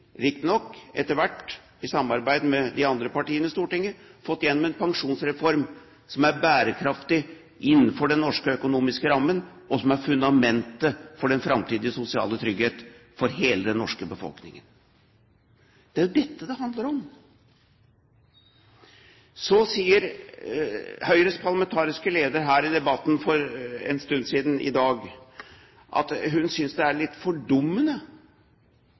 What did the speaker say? riktignok etter hvert i samarbeid med de andre partiene i Stortinget, fått gjennom en pensjonsreform som er bærekraftig innenfor den norske økonomiske rammen, og som er fundamentet for den framtidige sosiale trygghet for hele den norske befolkningen. Det er dette det handler om. Så sier Høyres parlamentariske leder her i debatten i dag at hun synes det er litt fordummende